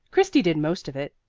christy did most of it.